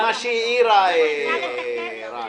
זה מה שחנה וינשטוק טירי העירה,